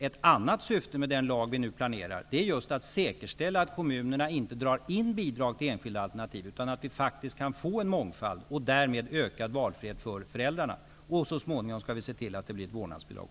Ett annat syfte med den lag vi nu planerar är just att säkerställa att kommunerna inte drar in bidrag till enskilda alternativ utan att vi faktiskt kan få en mångfald och därmed ökad valfrihet för föräldrarna. Så småningom skall vi också se till att det blir ett vårdnadsbidrag.